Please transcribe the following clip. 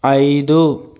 ఐదు